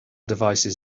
devices